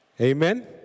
Amen